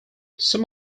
some